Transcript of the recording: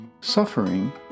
suffering